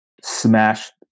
smashed